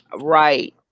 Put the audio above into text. right